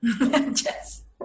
Yes